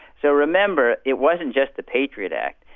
so remember, it wasn't just the patriot act,